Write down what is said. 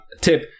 tip